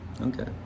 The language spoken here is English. Okay